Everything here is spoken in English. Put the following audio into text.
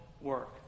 work